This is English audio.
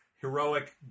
heroic